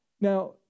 now